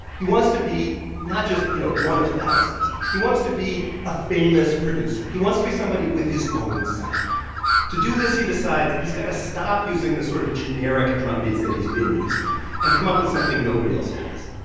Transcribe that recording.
he wants to be not just, you know, one of thousands. he wants to be a famous producer. he wants to be somebody with his own sound to do this, he decides he's got to stop using the sort of generic drumbeats that he's been using and come up with something nobody else has.